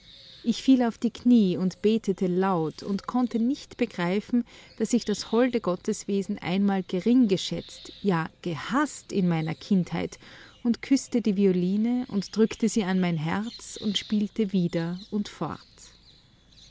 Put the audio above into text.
ich fiel auf die knie und betete laut und konnte nicht begreifen daß ich das holde gotteswesen einmal gering geschätzt ja gehaßt in meiner kindheit und küßte die violine und drückte sie an mein herz und spielte wieder und fort